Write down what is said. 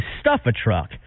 stuff-a-truck